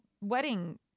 wedding